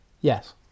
Yes